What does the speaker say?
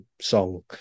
Song